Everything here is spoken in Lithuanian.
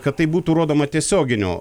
kad tai būtų rodoma tiesioginio